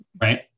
Right